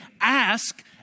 ask